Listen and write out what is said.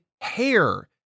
hair